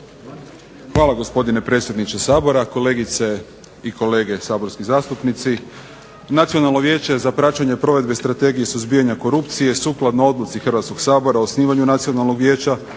Hvala, gospodine predsjedniče Sabora. Kolegice i kolege saborski zastupnici. Nacionalno vijeće za praćenje provedbe Strategije suzbijanja korupcije sukladno Odluci Hrvatskoga sabora o osnivanju Nacionalnog vijeća